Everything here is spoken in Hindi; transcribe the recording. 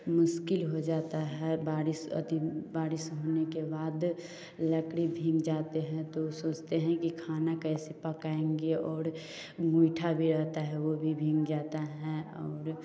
मुस्किल हो जाती है बारिश यदि बारिश होने के बाद लकड़ी भीग जाती है तो सोचते हैं कि खाना कैसे पकाएँगे और मीठा भी रहता है वह भी भीग जाता है और